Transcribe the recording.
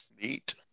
neat